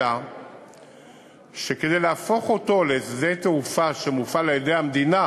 אלא שכדי להפוך אותו לשדה-תעופה שמופעל על-ידי המדינה,